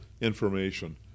information